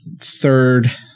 third—